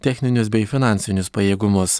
techninius bei finansinius pajėgumus